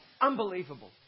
unbelievable